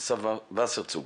אסף וסרצוג,